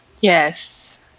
yes